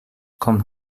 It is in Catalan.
com